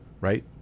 right